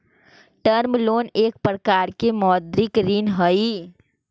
term loan एक प्रकार के मौदृक ऋण हई